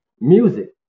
music